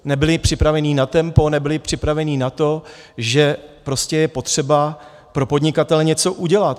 Nebyli připraveni na tempo, nebyli přepraveni na to, že prostě je potřeba pro podnikatele něco udělat.